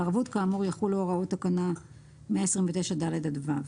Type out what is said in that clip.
על ערבות כאמור יחולו הוראות תקנה 129(ד) עד (ו).